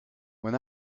when